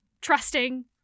trusting